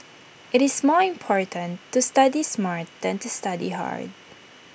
IT is more important to study smart than to study hard